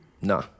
Nah